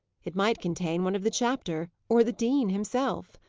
it might contain one of the chapter, or the dean himself!